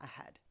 ahead